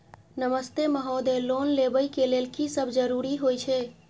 नमस्ते महोदय, लोन लेबै के लेल की सब जरुरी होय छै?